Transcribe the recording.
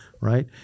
right